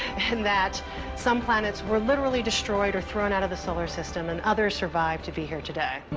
in that some planets were literally destroyed or thrown out of the solar system and others survived to be here today.